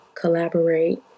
collaborate